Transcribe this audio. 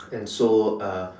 and so uh